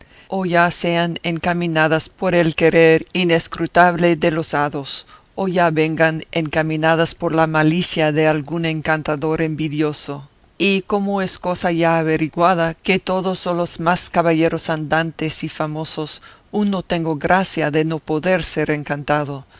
o ya sean encaminadas por el querer inescrutable de los hados o ya vengan encaminadas por la malicia de algún encantador invidioso y como es cosa ya averiguada que todos o los más caballeros andantes y famosos uno tenga gracia de no poder ser encantado